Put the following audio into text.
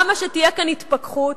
למה שתהיה כאן התפכחות?